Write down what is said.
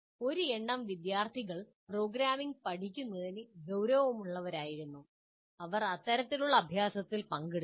ഒരു ചെറിയ എണ്ണം വിദ്യാർത്ഥികൾ പ്രോഗ്രാമിംഗ് പഠിക്കുന്നതിൽ ഗൌരവമുള്ളവരായിരുന്നു അവർ ഇത്തരത്തിലുള്ള അഭൃാസത്തിൽ പങ്കെടുത്തു